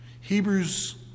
Hebrews